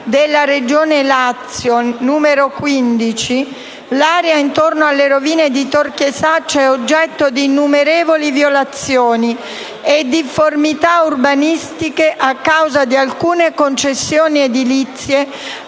della Regione Lazio n. 15/3 l'area intorno alle rovine di Tor Chiesaccia è oggetto di innumerevoli violazioni e difformità urbanistiche a causa di alcune concessioni edilizie,